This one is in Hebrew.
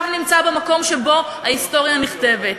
אתה עכשיו נמצא במקום שבו ההיסטוריה נכתבת.